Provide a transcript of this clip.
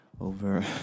over